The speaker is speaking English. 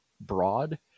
broad